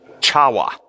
Chawa